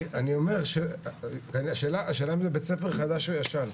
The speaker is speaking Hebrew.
אני אומר שהשאלה אם זה בית-ספר חדש או ישן?